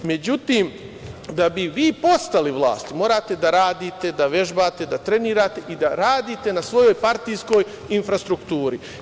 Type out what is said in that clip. Međutim, da bi vi postali vlast morate da radite, da vežbate, da trenirate i da radite na svojoj partijskoj infrastrukturi.